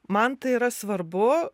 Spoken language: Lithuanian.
man tai yra svarbu